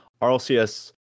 RLCS